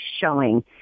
showing